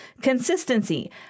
Consistency